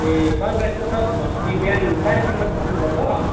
ए sunrise चाहिँ sir भनेपछि बिहान साँढे तिनमा चाहिँ पुग्नुपर्छ